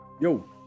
Yo